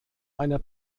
einer